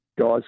guys